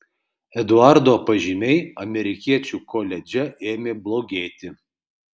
eduardo pažymiai amerikiečių koledže ėmė blogėti